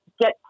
get